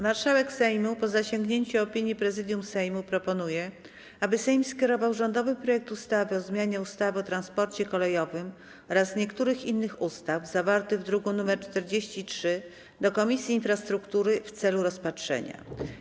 Marszałek Sejmu, po zasięgnięciu opinii Prezydium Sejmu, proponuje, aby Sejm skierował rządowy projekt ustawy o zmianie ustawy o transporcie kolejowym oraz niektórych innych ustaw, zawarty w druku nr 43, do Komisji Infrastruktury w celu rozpatrzenia.